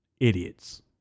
Idiots